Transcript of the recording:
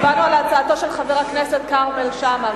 הצבענו על הצעתו של חבר הכנסת כרמל שאמה,